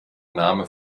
name